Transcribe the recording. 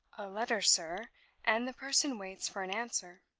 letter, sir and the person waits for an answer.